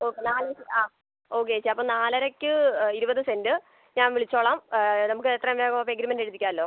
okay നാലരക്ക് ആ okay ചേച്ചി അപ്പം നാലരക്ക് ഇരുപത് സെൻറ്റ് ഞാന് വിളിച്ചോളാം നമുക്കെത്രയും വേഗം എഗ്രിമെൻറ്റെഴുതിക്കാമല്ലോ